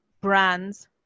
brands